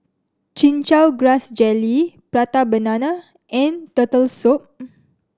Chin Chow Grass Jelly Prata Banana and Turtle Soup